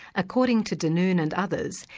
according to denoon and others,